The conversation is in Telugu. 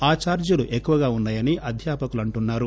ఆ ఛార్లీలు ఎక్కువగా ఉన్నాయని అధ్యాపకులుఅంటున్నారు